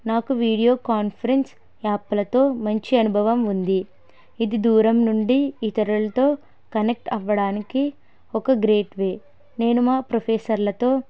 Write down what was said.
నాకు video conference యాప్లతో మంచి అనుభవం ఉంది ఇది దూరం నుండి ఇతరులతో కనెక్ట్ అవ్వడానికి ఒక గ్రేట్ వే నేను మా ప్రొఫెసర్లతో